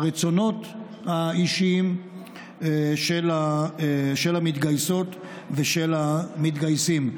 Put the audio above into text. ברצונות האישיים של המתגייסות ושל המתגייסים.